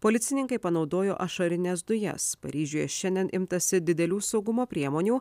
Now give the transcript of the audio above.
policininkai panaudojo ašarines dujas paryžiuje šiandien imtasi didelių saugumo priemonių